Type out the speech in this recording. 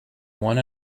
one